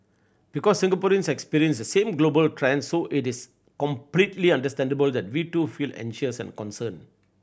because Singaporeans experience the same global trends so it is completely understandable that we too feel anxious and concerned